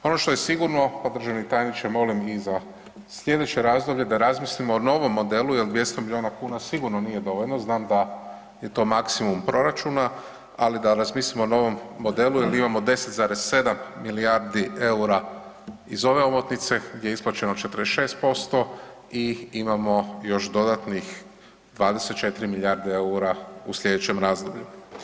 Ono što je sigurno, … državni tajniče molim i za sljedeće razdoblje da razmilimo o novom modelu jer 200 milijuna kuna sigurno nije dovoljno, znam da je to maksimum proračuna, ali da razmislimo o novom modelu jer imamo 10,7 milijardi eura iz ove omotnice gdje je isplaćeno 46% i imamo još dodatnih 24 milijarde eura u sljedećem razdoblju.